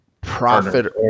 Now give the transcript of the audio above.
profit